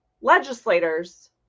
legislators